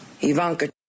Ivanka